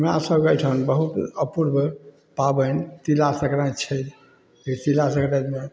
हमरासभके एहिठाम बहुत अपूर्व पाबनि तिला सङ्क्राति छै जे तिला सङ्क्रातिमे